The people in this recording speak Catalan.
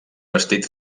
vestit